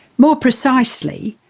more precisely,